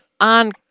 on